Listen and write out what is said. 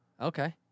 okay